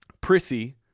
Prissy